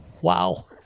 Wow